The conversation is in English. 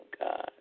God